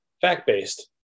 Fact-based